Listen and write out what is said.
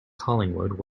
collingwood